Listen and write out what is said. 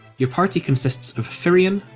your party consists ah firion,